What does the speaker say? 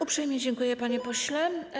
Uprzejmie dziękuję, panie pośle.